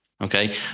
Okay